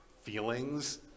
feelings